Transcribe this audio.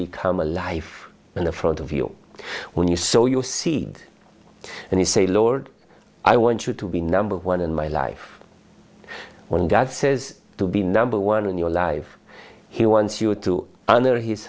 become alive in the front of you when you so you see and you say lord i want you to be number one in my life when god says to be number one in your life he wants you to under his